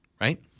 right